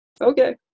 Okay